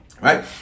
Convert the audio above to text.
Right